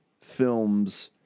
films